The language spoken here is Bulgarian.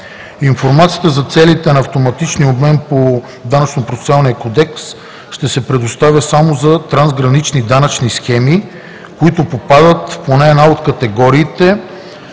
Информация за целите на автоматичния обмен по ДОПК ще се предоставя само за трансгранични данъчни схеми, които попадат в поне една от категориите,